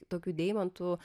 tokių deimantų